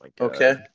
Okay